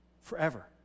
Forever